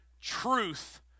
truth